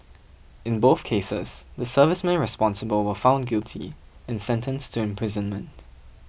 in both cases the servicemen responsible were found guilty and sentenced to imprisonment